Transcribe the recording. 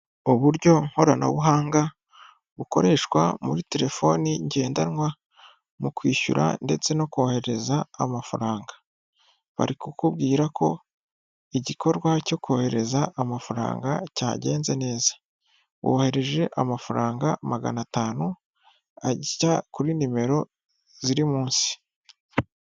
Uburyo koranabuhanga bukoreshwa muri telefoni ngendanwa mu kwishyura ndetse no kohereza amafaranga, bari kukubwira ko igikorwa cyo kohereza amafaranga cyagenze neza, wohereje amafaranga magana atanu ajya kuri nimero ziri munsi.